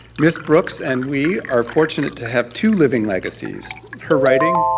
mrs. brooks and we, are fortunate to have two living legacies her writing,